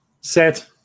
set